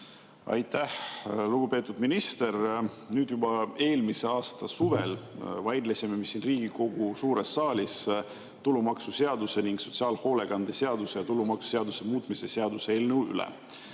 Aitäh! Lugupeetud minister! Juba eelmise aasta suvel vaidlesime me siin Riigikogu suures saalis tulumaksuseaduse ning sotsiaalhoolekande seaduse ja tulumaksuseaduse muutmise seaduse eelnõu üle.